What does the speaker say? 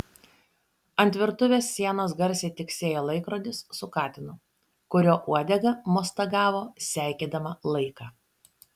ant virtuvės sienos garsiai tiksėjo laikrodis su katinu kurio uodega mostagavo seikėdama laiką